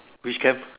which camp